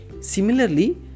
Similarly